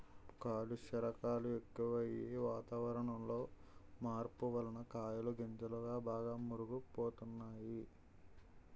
కాలుష్య కారకాలు ఎక్కువయ్యి, వాతావరణంలో మార్పు వలన కాయలు గింజలు బాగా మురుగు పోతున్నాయి